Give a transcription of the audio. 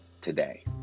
today